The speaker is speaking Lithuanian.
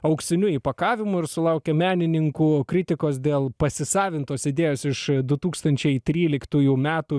auksiniu įpakavimu ir sulaukė menininkų kritikos dėl pasisavintos idėjos iš du tūkstančiai tryliktųjų metų